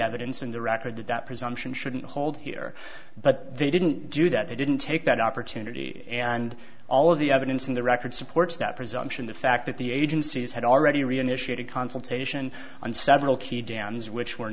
evidence in the record that presumption shouldn't hold here but they didn't do that they didn't take that opportunity and all of the evidence in the record supports that presumption the fact that the agencies had already reinitiated consultation on several key dns which were